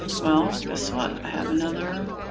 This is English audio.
well, guess what? i have another